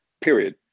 period